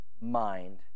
mind